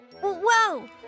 Whoa